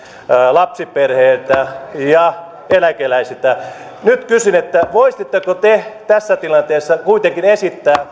lapsiperheiltä ja eläkeläisiltä nyt kysyn voisitteko te tässä tilanteessa kuitenkin esittää